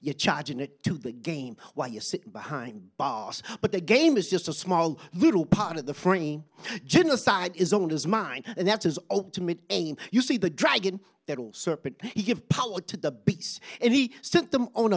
you're charging it to the game while you're sitting behind bars but the game is just a small little part of the frame genocide is on his mind and that's his ultimate aim you see the dragon that will serve you give power to the beast and he sent them on